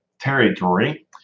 Territory